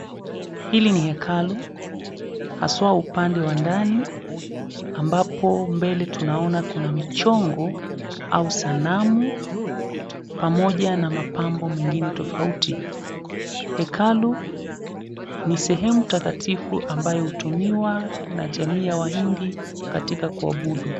Hili ni hekalu haswa upande wa ndani ambapo mbele tunaona kuna mchongo au sanamu, pamoja na mapambo mengine tofauti. Hekalu ni sehemu takatifu ambayo hutumiwa na jamii ya wahindi katika kuabudu.